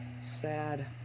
sad